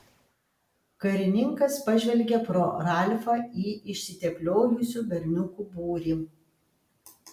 karininkas pažvelgė pro ralfą į išsitepliojusių berniukų būrį